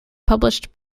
published